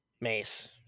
Mace